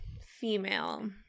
female